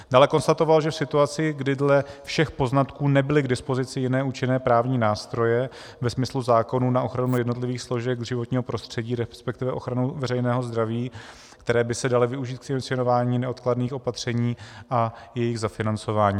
Dále konstatoval, že v situaci, kdy dle všech poznatků nebyly k dispozici jiné účinné právní nástroje ve smyslu zákonů na ochranu jednotlivých složek životního prostředí resp. ochranu veřejného zdraví, které by se daly využít k iniciování neodkladných opatření a jejich zafinancování.